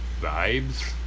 vibes